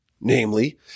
Namely